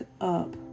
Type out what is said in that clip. up